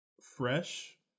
fresh